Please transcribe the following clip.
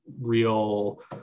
real